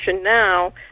now